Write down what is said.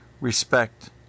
respect